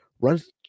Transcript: runs